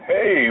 Hey